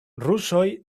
rusoj